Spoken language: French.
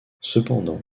cependant